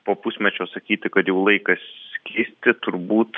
po pusmečio sakyti kad jau laikas keisti turbūt